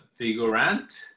Vigorant